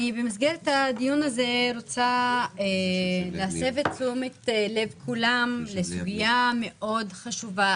במסגרת הדיון הזה אני רוצה להסב את תשומת לב כולם לסוגיה מאוד חשובה,